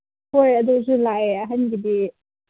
ꯍꯣꯏ ꯑꯗꯨꯁꯨ ꯂꯥꯛꯑꯦ ꯑꯍꯟꯒꯤꯗꯤ